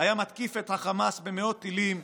היה מתקיף את החמאס במאות טילים,